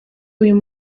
uyu